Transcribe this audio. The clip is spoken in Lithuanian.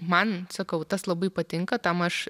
man sakau tas labai patinka tam aš